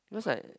just like